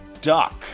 Duck